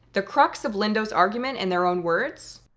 the crux of lindo's argument in their own words?